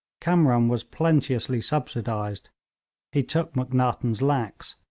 kamran was plenteously subsidised he took macnaghten's lakhs,